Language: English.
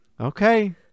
Okay